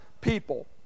people